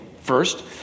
First